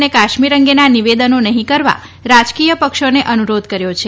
અને કાશ્મીર અંગેના નિવેદનો નહિં કરવા રાજકીય પક્ષોને અનુરોધ કર્યો છે